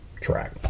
track